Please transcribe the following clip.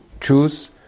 choose